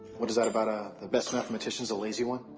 what is that about? ah the best mathematician is a lazy one?